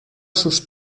sus